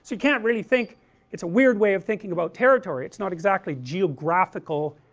you can't really think it's a weird way of thinking about territory, it's not exactly geographical,